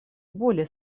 более